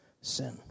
sin